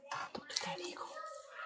talk to daddy go